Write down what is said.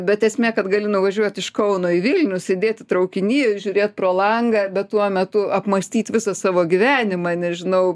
bet esmė kad gali nuvažiuot iš kauno į vilnių sėdėti traukiny žiūrėt pro langą bet tuo metu apmąstyt visą savo gyvenimą nežinau